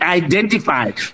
identified